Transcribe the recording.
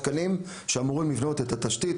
תקנים שאמורים לבנות את התשתית,